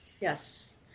Yes